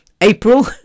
April